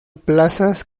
plazas